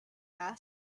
asked